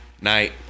Night